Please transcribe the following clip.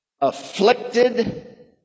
afflicted